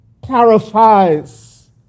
clarifies